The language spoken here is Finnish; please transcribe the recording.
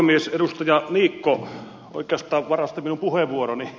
edustaja niikko oikeastaan varasti minun puheenvuoroni